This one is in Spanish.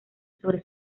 sobre